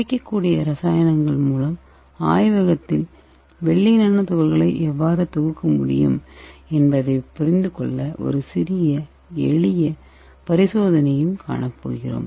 கிடைக்கக்கூடிய இரசாயனங்கள் மூலம் ஆய்வகத்தில் வெள்ளி நானோ துகள்களை எவ்வாறு தொகுக்க முடியும் என்பதைப் புரிந்துகொள்ள ஒரு சிறிய எளிய பரிசோதனையையும் காணப்போகிறோம்